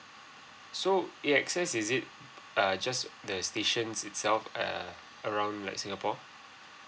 so A access is it err just there's stations itself err around like singapore